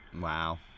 Wow